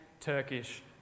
Turkish